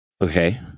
Okay